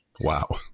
Wow